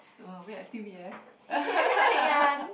uh wait I think we have